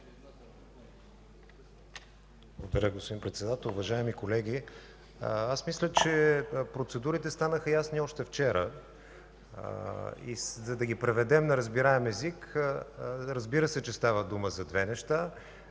Благодаря, господин Председател. Уважаеми колеги! Мисля, че процедурите станаха ясни още вчера. За да ги преведем на разбираем език, разбира се, става дума за две неща.